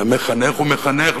והמחנך הוא מחנך,